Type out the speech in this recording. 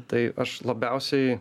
tai aš labiausiai